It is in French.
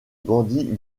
bandit